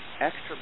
extra